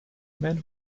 men